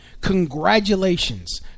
Congratulations